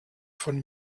von